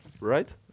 Right